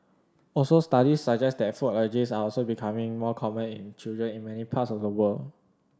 also studies suggest that food allergies are also becoming more common in children in many parts of the world